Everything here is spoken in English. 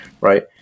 right